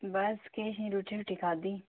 बस किश नीं रुट्टी छुट्टी खाद्दी